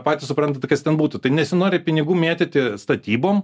patys suprantate kas ten būtų tai nesinori pinigų mėtyti statybom